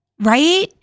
right